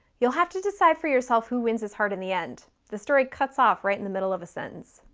you'll have to decide for yourself who wins his heart in the end the story cuts off right in the middle of a sentence.